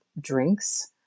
drinks